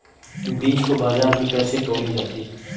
बीज को बाजार में कैसे तौली जाती है?